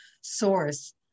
source